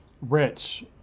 rich